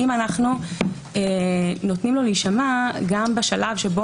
האם אנו נותנים לו להישמע גם בשלב שבו